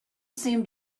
seemed